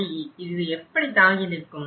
அதை இது எப்படி தாங்கி நிற்கும்